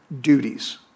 duties